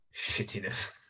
shittiness